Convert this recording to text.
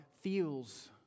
feels